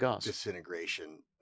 disintegration